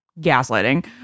gaslighting